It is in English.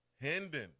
Hendon